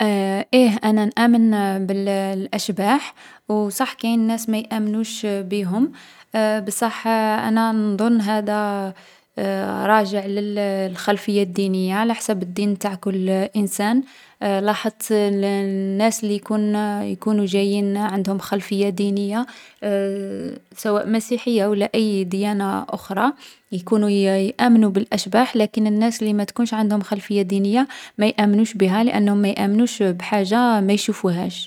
ايه أنا نآمن الأشباح، و صح كاين ناس ما يآمنوش بيهم، بصح أنا نظن هذا راجع للخلفية الدينية، على حساب الدين نتاع كل انسان. لاحظت الناس لي يكونو جايين عندهم خلفية دينية، سواء مسيحية و لا أي ديانة أخرى، يكونو يآمنو بالأشباح. لكن الناس لي ما تكونش عندهم خلفية دينية ما يآمنوش بها لأنهم ما يآمنوش بحاجة ما يشوفوهاش.